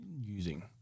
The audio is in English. using